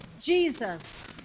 Jesus